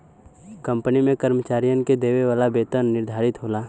company में कर्मचारियन के देवे वाला वेतन निर्धारित होला